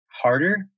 Harder